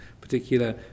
particular